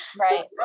Right